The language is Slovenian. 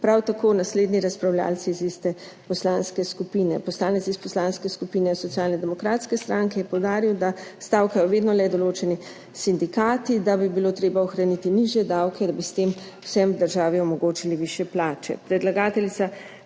Prav tako naslednji razpravljavci iz iste poslanske skupin. Poslanec iz Poslanske skupine Socialne demokratske stranke je poudaril, da stavkajo vedno le določeni sindikati, da bi bilo treba ohraniti nižje davke, da bi s tem vsem v državi omogočili višje plače.